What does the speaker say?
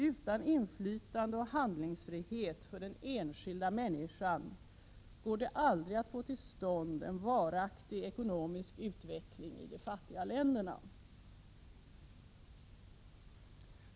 Utan inflytande och handlingsfrihet för den enskilda människan går det aldrig att få till stånd en varaktig ekonomisk utveckling i de fattiga länderna.